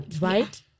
right